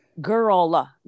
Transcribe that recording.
Girl